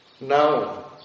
Now